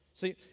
See